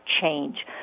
change